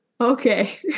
Okay